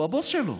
הוא הבוס שלו.